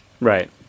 Right